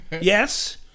Yes